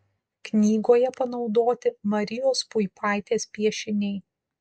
knygoje panaudoti marijos puipaitės piešiniai